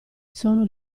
sono